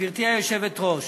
גברתי היושבת-ראש,